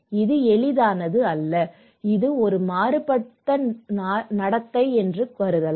இது எளிதானது அல்ல இது ஒரு மாறுபட்ட நடத்தை என்று கருதலாம்